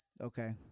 okay